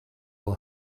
will